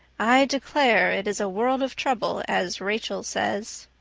i declare, it is a world of trouble, as rachel says.